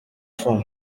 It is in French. font